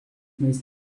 most